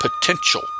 potential